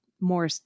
more